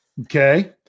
Okay